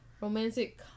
romantic